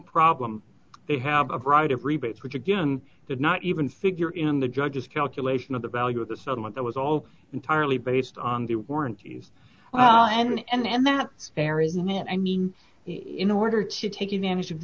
problem they have a variety of rebates which again did not even figure in the judge's calculation of the value of the settlement that was all entirely based on the warranties well and that fair isn't it i mean in order to take advantage of